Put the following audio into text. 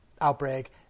outbreak